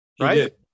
right